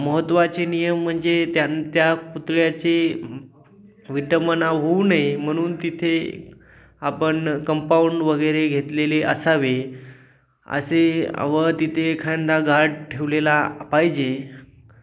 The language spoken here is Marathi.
महत्त्वाचे नियम म्हणजे त्यां त्या पुतळ्याची विटंबना होऊ नये म्हणून तिथे आपण कंपाऊंड वगैरे घेतलेले असावे असे व तिथे खन्दा गाड ठेवलेला पाहिजे